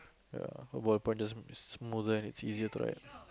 ya a ballpoint is smoother and it's easier to write